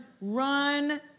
run